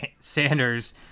Sanders